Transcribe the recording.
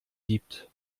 gibt